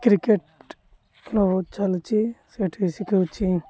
cricket ଖେଳ ଚାଲିଛି ସେଇଠ